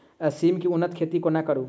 सिम केँ उन्नत खेती कोना करू?